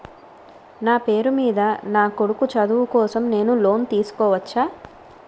నా పేరు మీద నా కొడుకు చదువు కోసం నేను లోన్ తీసుకోవచ్చా?